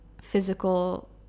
physical